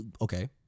Okay